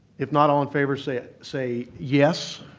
if not, all in favor say ah say yes.